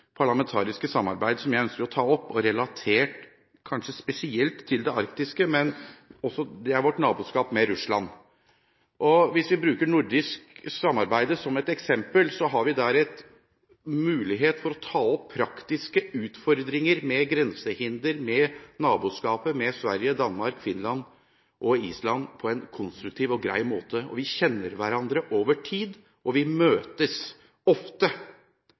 parlamentariske samarbeid, kanskje spesielt relatert til det arktiske, som jeg ønsker å ta opp: vårt naboskap med Russland. Hvis vi bruker nordisk samarbeid som eksempel, har vi der mulighet for å ta opp praktiske utfordringer ved grensehinder og ved naboskapet med Sverige, Danmark, Finland og Island på en konstruktiv og grei måte. Vi kjenner hverandre over tid, og vi møtes ofte,